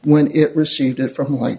when it received it from li